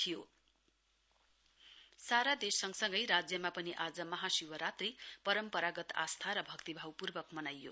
शिवरात्री सारा देश सँगसँगै राज्यमा पनि आज महाशिवरात्री परम्पागत आस्था र भक्तिभावपूर्वक मनाइयो